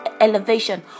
elevation